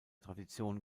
tradition